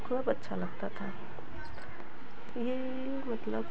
खूब अच्छा लगता था ये मतलब